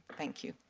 thank you.